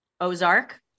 Ozark